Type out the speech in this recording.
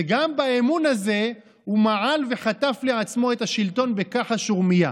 וגם באמון הזה הוא מעל וחטף לעצמו את השלטון בכחש ורמייה.